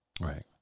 Right